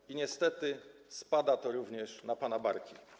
I niestety spada to również na pana barki.